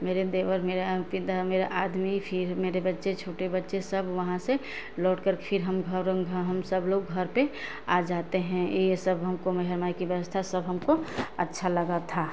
मेरे देवर मेरे पिता मेरा आदमी फिर मेरे बच्चे छोटे बच्चे सब वहाँ से लौट कर फिर हम घर हम सब लोग घर पर आ जाते हैं ये सब हमको मइहर माई की व्यवस्था सब हमको अच्छा लगा था